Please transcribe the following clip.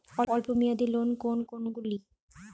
অল্প মেয়াদি লোন কোন কোনগুলি?